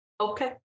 Okay